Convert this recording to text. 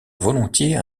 volontiers